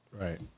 Right